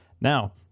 Now